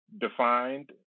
defined